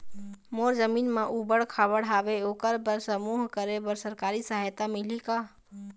मोर जमीन म ऊबड़ खाबड़ हावे ओकर बर समूह करे बर सरकारी सहायता मिलही का?